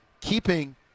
keeping